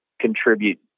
contribute